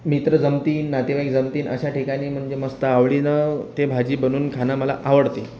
मित्र जमतील नातेवाईक जमतील अशा ठिकाणी म्हणजे मस्त आवडीनं ते भाजी बनून खाणं मला आवडते